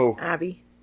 abby